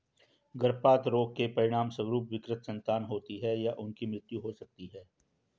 गर्भपात रोग के परिणामस्वरूप विकृत संतान होती है या उनकी मृत्यु हो सकती है